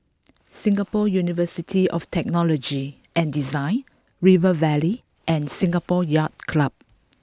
Singapore University of Technology and Design River Valley and Singapore Yacht Club